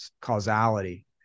causality